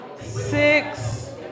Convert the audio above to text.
six